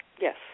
Yes